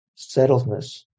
settledness